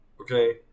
Okay